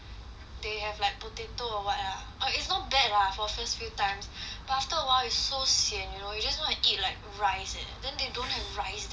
they have like potato or what ah orh it's not bad ah for first few times but after a while is so sian you know you just wanna eat like rice eh then they don't have rice there